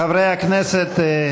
חברי הכנסת,